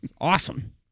Awesome